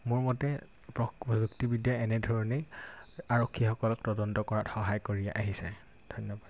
মোৰ মতে প্ৰযুক্তিবিদ্যাই এনেধৰণেই আৰক্ষীসকলক তদন্ত কৰাত সহায় কৰি আহিছে ধন্যবাদ